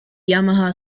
yamaha